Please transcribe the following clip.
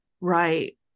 Right